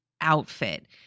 outfit